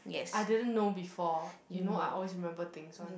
I didn't know before you know I always remember things one